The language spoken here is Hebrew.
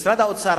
משרד האוצר,